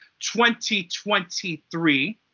2023